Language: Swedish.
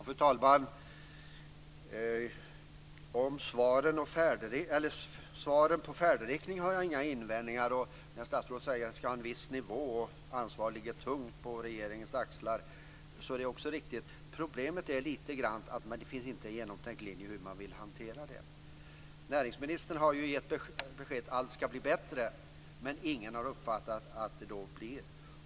Fru talman! Svaren om färdriktningen har jag inga invändningar mot. Statsrådet säger att servicen ska vara på en viss nivå och att ansvaret ligger tungt på regeringens axlar, och det är också riktigt. Problemet är lite grann att det inte finns en genomtänkt linje för hur man vill hantera det. Näringsministern har ju gett beskedet att allt ska bli bättre, men ingen har uppfattat att det blir det.